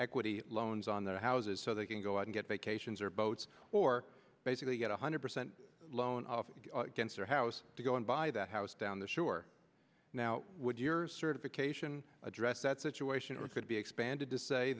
equity loans on their houses so they can go out and get vacations or boats or basically get one hundred percent loan off against their house to go and buy that house down the shore now would your certification address that situation or could be expanded to say